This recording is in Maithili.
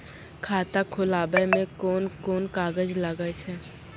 खाता खोलावै मे कोन कोन कागज लागै छै?